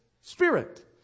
Spirit